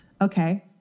okay